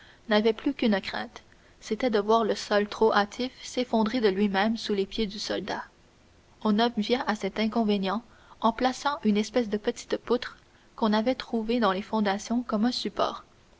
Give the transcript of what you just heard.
n'avaient plus qu'une crainte c'était de voir le sol trop hâtif s'effondrer de lui-même sous les pieds du soldat on obvia à cet inconvénient en plaçant une espèce de petite poutre qu'on avait trouvée dans les fondations comme un support